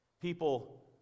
people